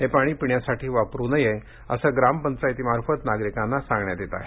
हे पाणी पिण्यासाठी वापरु नये असं ग्रामपंचायतीमार्फत नागरिकांना सांगण्यात येत आहे